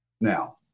Now